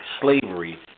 slavery